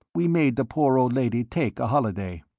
we made the poor old lady take a holiday.